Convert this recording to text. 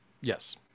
Yes